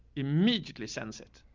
immediately sense it.